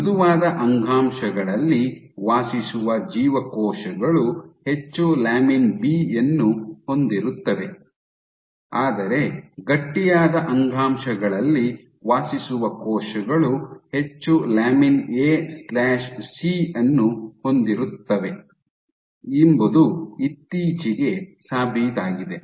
ಮೃದುವಾದ ಅಂಗಾಂಶಗಳಲ್ಲಿ ವಾಸಿಸುವ ಜೀವಕೋಶಗಳು ಹೆಚ್ಚು ಲ್ಯಾಮಿನ್ ಬಿ ಯನ್ನು ಹೊಂದಿರುತ್ತವೆ ಆದರೆ ಗಟ್ಟಿಯಾದ ಅಂಗಾಂಶಗಳಲ್ಲಿ ವಾಸಿಸುವ ಕೋಶಗಳು ಹೆಚ್ಚು lamin A C lamin AC ಅನ್ನು ಹೊಂದಿರುತ್ತವೆ ಎಂಬುದು ಇತ್ತೀಚೆಗೆ ಸಾಬೀತಾಗಿದೆ